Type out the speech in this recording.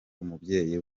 umubyeyi